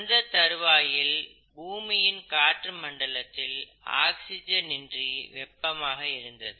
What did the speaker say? அந்த தருவாயில் பூமியின் காற்று மண்டலத்தில் ஆக்சிஜன் இன்றி வெப்பமாக இருந்தது